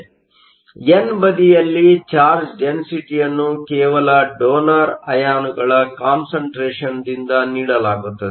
ಆದ್ದರಿಂದ ಎನ್ ಬದಿಯಲ್ಲಿ ಚಾರ್ಜ್ ಡೆನ್ಸಿಟಿಯನ್ನು ಕೇವಲ ಡೋನರ್Donor ಅಯಾನುಗಳ ಕಾನ್ಸಂಟ್ರೇಷನ್ದಿಂದ ನೀಡಲಾಗುತ್ತದೆ